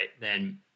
then-